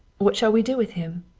what shall we do with him?